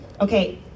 Okay